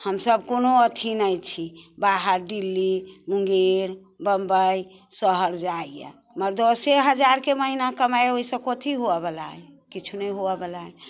हमसब कोनो अथी ने छी बाहर दिल्ली मुंगेर बम्बइ शहर जाइए मर दसे हजारके महिना कमाइए ओइसँ कोथी होवऽवला अइ किछु नहि होवैवला अइ